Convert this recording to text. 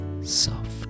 soft